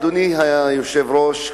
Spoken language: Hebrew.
אדוני היושב-ראש,